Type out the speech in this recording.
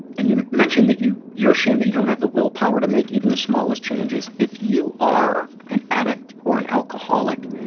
and you mention that you're ashamed that you don't have the willpower to make even the smallest changes. if you are an addict or an alcoholic,